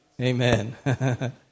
Amen